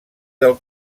del